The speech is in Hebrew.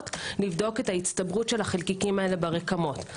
לראות את ההצטברות של החלקיקים הללו ברקמות.